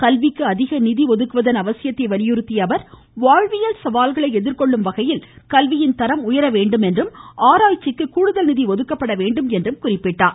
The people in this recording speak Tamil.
கல்விக்கு அதிக நிதி ஒதுக்குவதன் அவசியத்தை அவலியுறுத்திய அவர் வாழ்வியல் சவால்களை எதிர்கொள்ளும் வகையில் கல்வியின் தரம் உயர வேண்டும் என்றும் ஆராய்ச்சிக்கு கூடுதல் நிதி ஒதுக்கப்பட வேண்டும் என்றும் குறிப்பிட்டார்